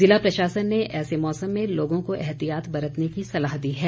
जिला प्रशासन ने ऐसे मौसम में लोगों को एहतियात बरतने की सलाह दी है